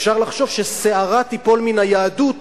אפשר לחשוב ששערה תיפול מן היהדות